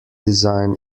design